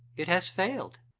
it has failed.